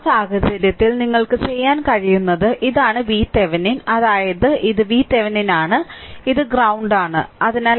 ആ സാഹചര്യത്തിൽ നിങ്ങൾക്ക് ചെയ്യാൻ കഴിയുന്നത് ഇതാണ് VThevenin അതായത് ഇത് ഇത് VThevenin ആണ് ഇത് ഗ്രൌണ്ട് ആണ്